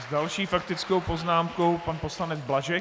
S další faktickou poznámkou pan poslanec Blažek.